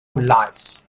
lives